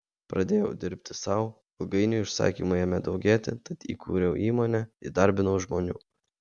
pradėjau dirbti sau ilgainiui užsakymų ėmė daugėti tad įkūriau įmonę įdarbinau žmonių